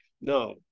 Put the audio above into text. no